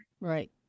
Right